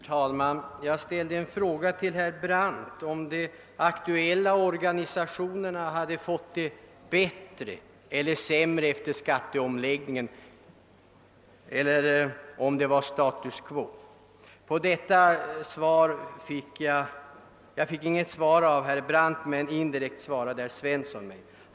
Herr talman! Jag ställde en fråga till herr Brandt om de ideella organisationerna hade fått det bättre eller sämre efter skatteomläggningen eller om det rådde status quo. Jag fick inte något svar av herr Brandt men ett indirekt svar av herr Svensson i Kungälv.